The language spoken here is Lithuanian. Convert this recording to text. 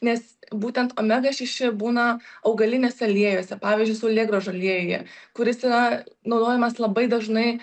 nes būtent omega šeši būna augaliniuose aliejuose pavyzdžiui saulėgrąžų aliejuje kuris yra naudojamas labai dažnai